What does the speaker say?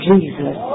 Jesus